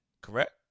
correct